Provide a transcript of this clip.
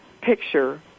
picture